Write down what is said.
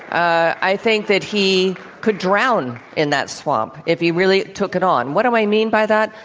i i think that he could drown in that swamp, if he really took it on. what do i mean by that?